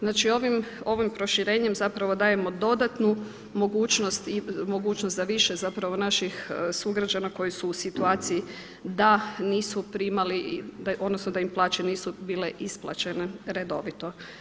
Znači ovim proširenjem zapravo dajemo dodatnu mogućnost i mogućnost za više zapravo naših sugrađana koji su u situaciji da nisu primali, odnosno da im plaće nisu bile isplaćene redovito.